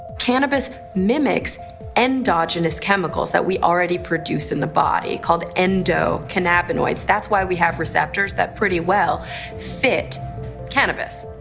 cannabis mimics endogenous chemicals that we already produce in the body called endocannabinoids. that's why we have receptors that pretty well fit cannabis.